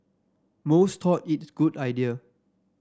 most thought it a good idea